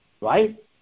right